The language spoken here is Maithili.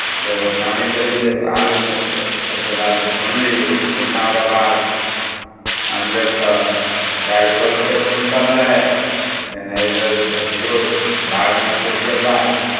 एगो पानि देलियै आलूमे तऽ ओहिके बाद खुनली खुनलाके बाद आन बेर तऽ चारि सए रुपैआ कुण्टल रहै एन्ने एहि बेर देखियौ भाग नसीबके बात